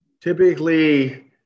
Typically